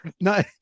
No